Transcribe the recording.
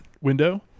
window